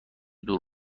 دور